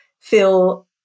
feel